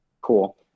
Cool